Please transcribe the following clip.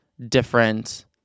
different